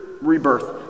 rebirth